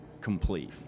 complete